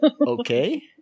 Okay